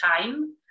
time